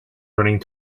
running